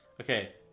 Okay